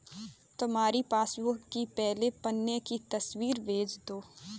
तुम्हारी पासबुक की पहले पन्ने की तस्वीर भेज दो